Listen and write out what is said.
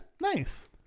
Nice